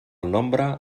nombre